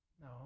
No